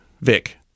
Vic